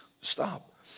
stop